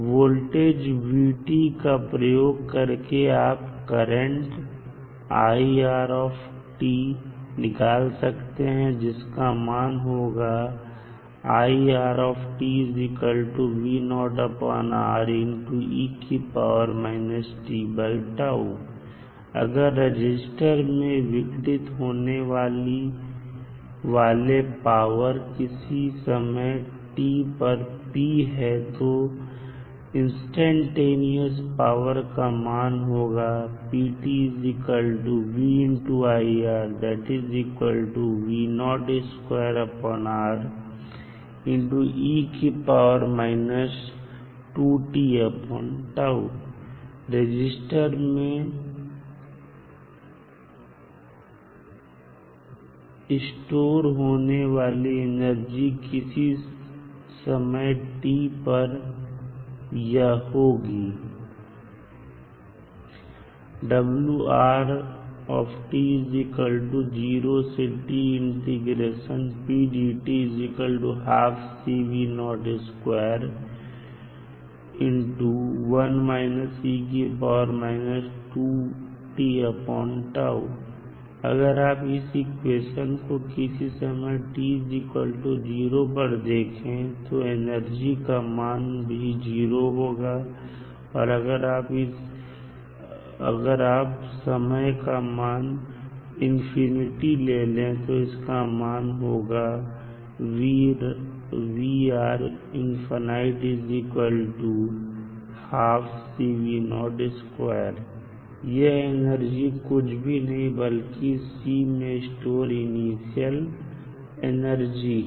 voltage का प्रयोग करके आप करंटनिकाल सकते हैं जिस का मान होगा अगर रजिस्टर में विघटित होने वाले पावर किसी समय t पर P है तो इंस्टैन्टेनियस पावर का मान होगा रजिस्टर में एग्जाम होने वाली एनर्जी किसी समय t पर यह होगी अगर आप इस इक्वेशन को किसी समय t0 पर देखें तो एनर्जी का मान भी 0 होगा और अगर आप समय का मान इंफिनिटी ले तो इसका मान होगा यह एनर्जी कुछ भी नहीं बल्कि C मैं स्टोर इनिशियल एनर्जी है